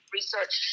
research